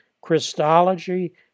Christology